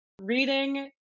Reading